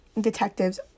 Detectives